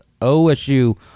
OSU